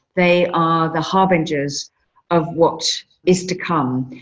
they are the harbingers of what is to come.